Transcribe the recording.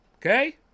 Okay